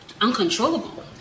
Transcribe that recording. uncontrollable